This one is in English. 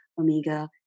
omega